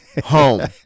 home